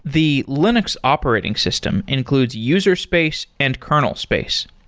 the linux operating system includes user space and kernel space.